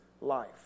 life